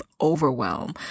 overwhelm